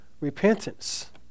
repentance